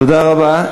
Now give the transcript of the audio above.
תודה רבה.